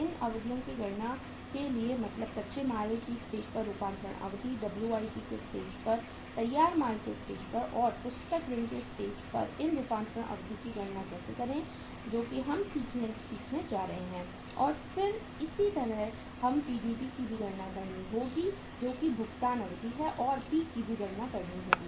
इन अवधियों की गणना के लिए मतलब कच्चे माल की स्टेज पर रूपांतरण अवधि WIP के स्टेज पर तैयार माल के स्टेज पर और पुस्तक ऋण की स्टेज पर इन रूपांतरण अवधि की गणना कैसे करें जो अब हम सीखने जा रहे हैं और फिर इसी तरह हमें PDP की भी गणना करनी होगी जो कि भुगतान अवधि है और P की भी गणना करनी होगी